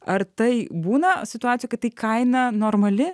ar tai būna situacijų kad tai kaina normali